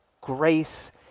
grace